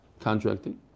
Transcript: Contracting